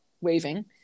waving